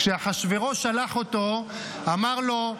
כשאחשוורוש שלח אותו, אמר לו: